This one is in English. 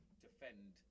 defend